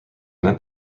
meant